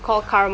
ya